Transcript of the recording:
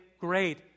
great